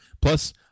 Plus